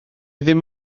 ddim